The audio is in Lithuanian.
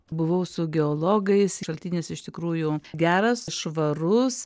buvau su geologais šaltinis iš tikrųjų geras švarus